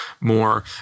more